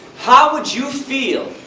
how would you feel,